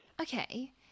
Okay